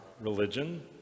religion